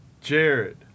Jared